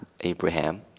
Abraham